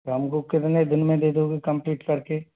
ये हम को कितने दिन में दे दोगे कम्प्लीट कर के